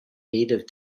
native